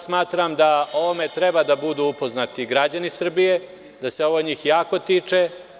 Smatram da o ovome treba da budu upoznati građani Srbije, da se ovo njih jako tiče.